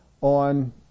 on